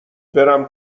برم